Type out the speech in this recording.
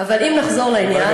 אבל אם נחזור לעניין,